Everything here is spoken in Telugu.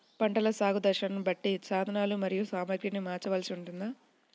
పంటల సాగు దశలను బట్టి సాధనలు మరియు సామాగ్రిని మార్చవలసి ఉంటుందా?